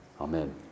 Amen